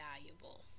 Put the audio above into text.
valuable